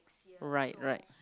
right right